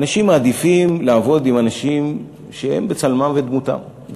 אנשים מעדיפים לעבוד עם אנשים שהם בצלמם ודמותם.